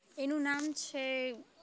એનું નામ છે